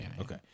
Okay